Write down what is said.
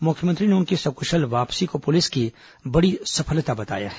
मुख्यमंत्री ने उनकी सक्शल वापसी को पुलिस की बड़ी सफलता बताया है